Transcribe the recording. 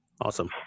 awesome